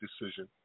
decision